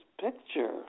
picture